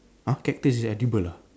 !huh! cactus is edible ah